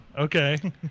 Okay